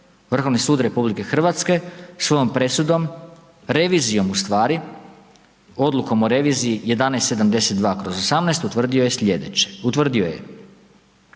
Vrhovni sud RH svojom presudom, revizijom u stvari, odlukom o reviziji 1172/18 utvrdio je slijedeće, utvrdio je.